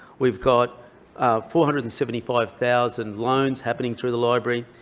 we've got four hundred and seventy five thousand loans happening through the library,